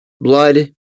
blood